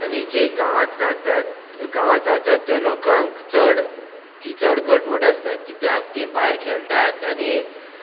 आनी जे गांवांत रावतात गांवांत रावतात त्या लोकांक चड ती चड घटमूट आसतात कित्याक ती भायर खेळटात आनी